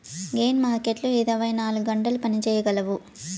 gain మార్కెట్లు ఇరవై నాలుగు గంటలు పని చేయగలవు